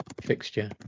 fixture